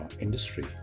industry